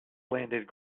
landed